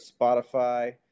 Spotify